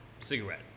cigarette